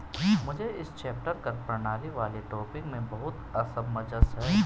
मुझे इस चैप्टर कर प्रणाली वाले टॉपिक में बहुत असमंजस है